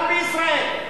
גם בישראל.